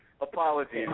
Apologies